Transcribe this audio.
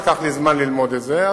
לקח לי זמן ללמוד את זה,